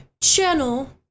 channel